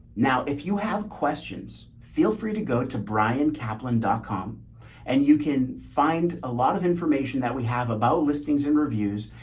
now if you have questions, feel free to go to brian kaplan dot com and you can find a lot of information we have about listings and reviews.